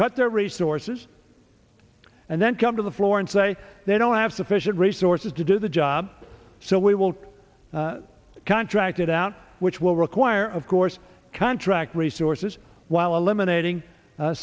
cut their resources and then come to the floor and say they don't have sufficient resources to do the job so we will contract it out which will require of course contract resources while eliminating